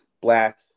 Black